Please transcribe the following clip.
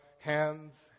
hands